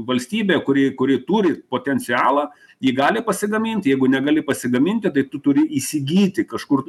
valstybė kuri kuri turi potencialą ji gali pasigamint jeigu negali pasigaminti tai tu turi įsigyti kažkur